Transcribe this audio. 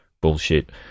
bullshit